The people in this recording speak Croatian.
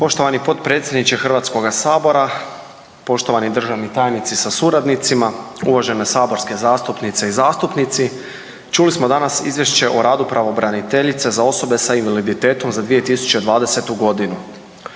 Poštovani potpredsjedniče Hrvatskoga sabora, poštovani državni tajnici sa suradnicima, uvažene saborske zastupnice i zastupnici, čuli smo danas Izvješće o radu pravobraniteljice za osobe sa invaliditetom za 2020. godinu.